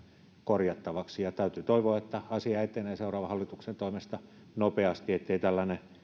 korjattavaksi täytyy toivoa että asia etenee seuraavan hallituksen toimesta nopeasti että tällainen